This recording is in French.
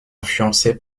influencé